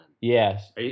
Yes